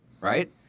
right